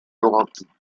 laurentides